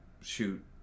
shoot